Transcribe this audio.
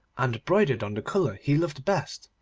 and broidered on the colour he loved best.